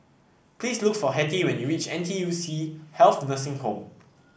please look for Hetty when you reach N T U C Health Nursing Home